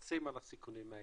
עולים על הסיכונים האלה.